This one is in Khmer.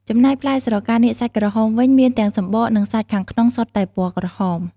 ចំណែក ផ្លែស្រកានាគសាច់ក្រហមវិញ មានទាំងសម្បក និងសាច់ខាងក្នុងសុទ្ធតែពណ៌ក្រហម។